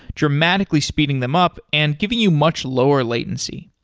dramatically speeding them up and giving you much lower latency.